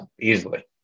easily